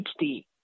HD